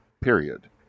period